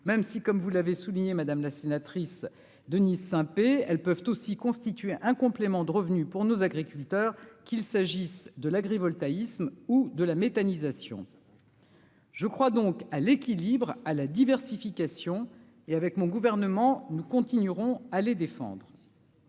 même si, comme vous l'avez souligné madame la sénatrice, Denise Saint-Pé, elles peuvent aussi constituer un complément de revenus pour nos agriculteurs, qu'il s'agisse de l'agrivoltaïsme ou de la méthanisation je crois donc à l'équilibre à la diversification et avec mon gouvernement, nous continuerons à les défendre.